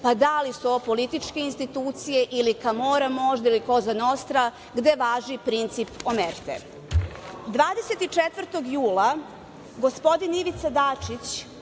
pa, da li su ovo političke institucije, ili Kamora možda, ili Kozanostra, gde važi princip omerte. Dana 24. jula gospodin Ivica Dačić